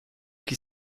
qui